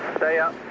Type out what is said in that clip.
stay up,